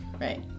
Right